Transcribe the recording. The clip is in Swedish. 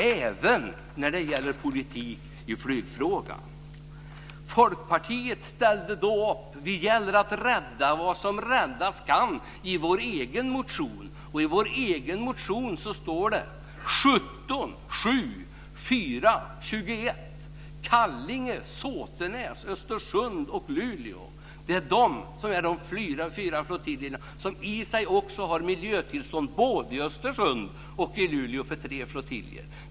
Det gäller även politik i flygfrågan. Folkpartiet ställde då upp. Det gäller att rädda vad som räddas kan i vår egen motion, och i vår egen motion står det: 17, 7, 4 och 21, alltså Kallinge, Såtenäs, Östersund och Luleå. Det är de fyra flottiljerna som i sig också har miljötillstånd både i Östersund och i Luleå för tre flottiljer.